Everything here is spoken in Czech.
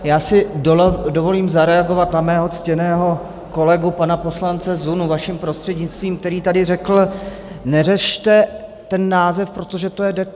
Já si dovolím zareagovat na svého ctěného kolegu pana poslance Zunu, vaším prostřednictvím, který tady řekl: neřešte ten název, protože to je detail.